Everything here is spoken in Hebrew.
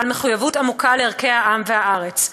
בעל מחויבות עמוקה לערכי העם והארץ.